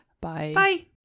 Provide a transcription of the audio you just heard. bye